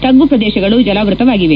ತಗ್ಗು ಪ್ರದೇಶಗಳು ಜಲಾವೃತವಾಗಿವೆ